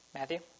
Matthew